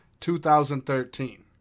2013